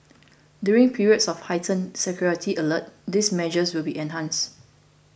during periods of heightened security alert these measures will be enhanced